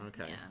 Okay